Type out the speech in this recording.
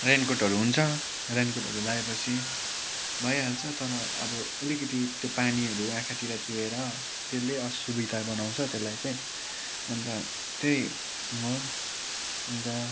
rain कोटहरू हुन्छ rain कोटहरू लाए पछि भइहाल्छ तर अब अलिकति त्यो पानीहरू आँखातिर चुहेर त्यसले असुविधा बनाउँछ त्यसलाई चाहिँ अन्त त्यही हो अन्त